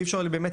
אי אפשר באמת,